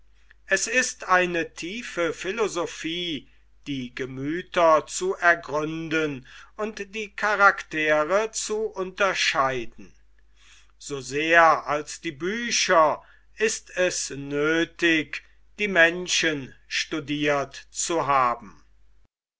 es ist eine tiefe philosophie die gemüther zu ergründen und die karaktere zu unterscheiden so sehr als die bücher ist es nöthig die menschen studirt zu haben